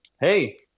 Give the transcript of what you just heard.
Hey